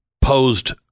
posed